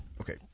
Okay